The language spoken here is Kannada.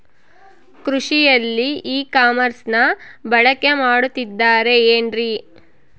ಕೃಷಿಯಲ್ಲಿ ಇ ಕಾಮರ್ಸನ್ನ ಬಳಕೆ ಮಾಡುತ್ತಿದ್ದಾರೆ ಏನ್ರಿ?